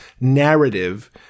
narrative